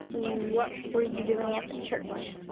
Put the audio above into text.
what were you doing at the church?